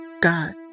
God